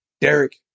Derek